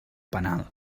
penal